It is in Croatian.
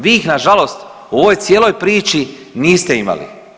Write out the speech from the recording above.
Vi ih nažalost u ovoj cijeloj priči niste imali.